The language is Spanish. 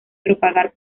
propagar